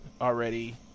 already